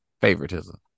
favoritism